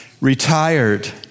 retired